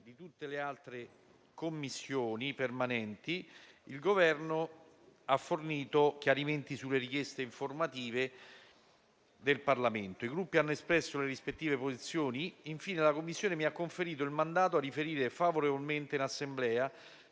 di tutte le altre Commissioni permanenti; il Governo ha fornito chiarimenti sulle richieste informative del Parlamento; i Gruppi hanno espresso le rispettive posizioni e, infine, la Commissione mi ha conferito il mandato a riferire favorevolmente all'Assemblea